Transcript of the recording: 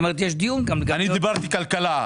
דיברתי כלכלה.